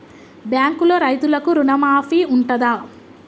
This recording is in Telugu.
బ్యాంకులో రైతులకు రుణమాఫీ ఉంటదా?